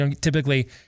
Typically